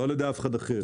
לא על ידי אף אחד אחר.